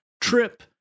trip